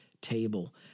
table